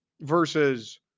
versus